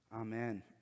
Amen